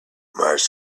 must